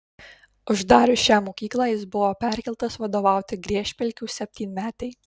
uždarius šią mokyklą jis buvo perkeltas vadovauti griežpelkių septynmetei